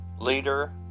leader